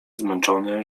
zmęczony